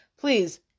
Please